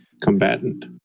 combatant